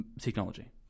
technology